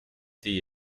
d’y